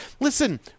listen